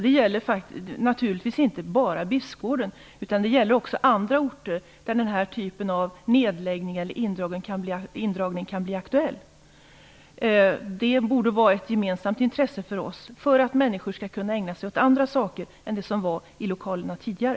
Det gäller naturligtvis inte bara Bispgården, utan också andra orter där den här typen av nedläggning eller indragning kan bli aktuell. Det borde vara ett gemensamt intresse för oss att människor kan ägna sig åt annat än den verksamhet som var i lokalerna tidigare.